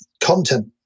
content